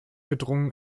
gedrungen